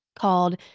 called